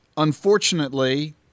Unfortunately